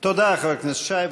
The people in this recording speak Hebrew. תודה, חבר הכנסת שי.